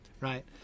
right